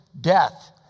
death